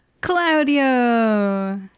Claudio